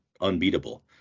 unbeatable